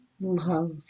love